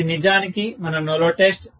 ఇది నిజానికి మన నో లోడ్ టెస్ట్